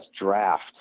draft